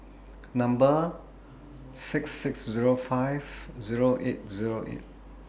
Number six six Zero five Zero eight Zero eight